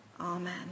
Amen